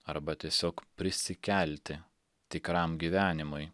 arba tiesiog prisikelti tikram gyvenimui